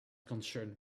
concerned